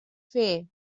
fer